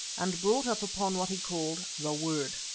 and brought up upon what he called the word.